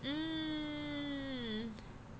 mmhmm